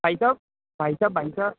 भाई साहब भाई साहब भाई साहब